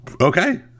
Okay